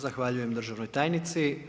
Zahvaljujem državnoj tajnici.